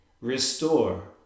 Restore